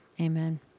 Amen